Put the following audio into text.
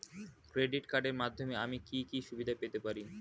Credit কার্ডের মাধ্যমে আমি কি কি সুবিধা পেতে পারি?